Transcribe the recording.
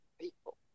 people